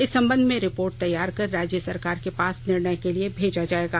इस संबंध में रिपोट तैयार कर राज्य सरकार के पास निर्णय के लिए भेजा जायेगा